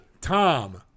Tom